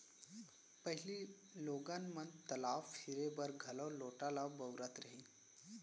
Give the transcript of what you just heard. पहिली लोगन मन तलाव फिरे बर घलौ लोटा ल बउरत रहिन